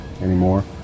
anymore